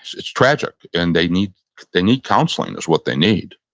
it's tragic. and they need they need counseling is what they need.